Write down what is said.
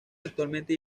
actualmente